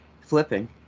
flipping